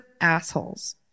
assholes